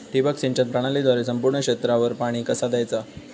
ठिबक सिंचन प्रणालीद्वारे संपूर्ण क्षेत्रावर पाणी कसा दयाचा?